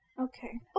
Okay